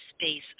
space